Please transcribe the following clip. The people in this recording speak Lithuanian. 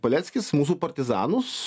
paleckis mūsų partizanus